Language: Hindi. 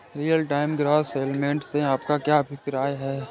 रियल टाइम ग्रॉस सेटलमेंट से आपका क्या अभिप्राय है?